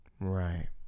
Right